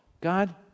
God